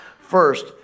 First